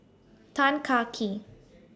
Tan Kah Kee